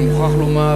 אני מוכרח לומר,